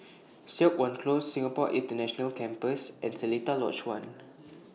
Siok Wan Close Singapore International Campus and Seletar Lodge one